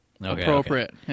Appropriate